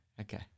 Okay